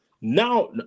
Now